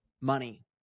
money